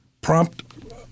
prompt